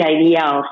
idea